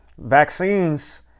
Vaccines